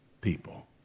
people